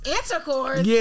Intercourse